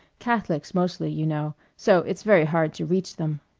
catholics mostly, you know, so it's very hard to reach them.